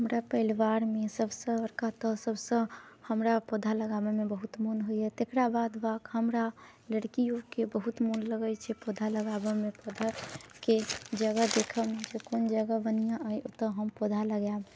हमरा परिवारमे सभसँ बड़का तऽ सभसँ हमरा पौधा लगाबऽमे बहुत मन होइए तेकरा बाद हमरा लड़कियोके बहुत मन लगैत छै पौधा लगाबऽ मे पौधा के जगह देखऽमे जे कोन जगह बढ़िआँ अइ जे ओतऽ हम पौधा लगायब